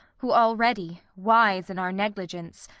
who already, wise in our negligence,